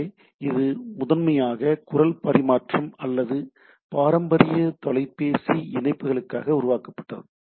எனவே இது முதன்மையாக குரல் பரிமாற்றம் அல்லது பாரம்பரிய தொலைபேசி இணைப்புகளுக்காக உருவாக்கப்பட்டது